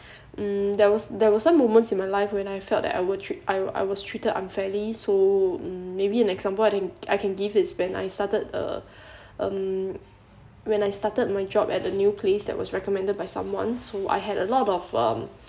um there was there was some moments in my life when I felt that I was tre~ I was treated unfairly so mm maybe an example I think I can give is when I started uh um when I started my job at a new place that was recommended by someone so I had a lot of um